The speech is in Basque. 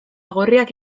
gorriak